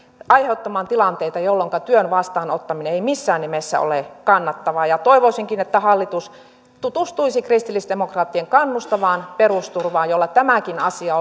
aiheuttamaan tilanteita jolloinka työn vastaanottaminen ei missään nimessä ole kannattavaa toivoisinkin että hallitus tutustuisi kristillisdemokraattien kannustavaan perusturvaan jolla tämäkin asia